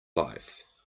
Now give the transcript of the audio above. life